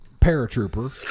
paratrooper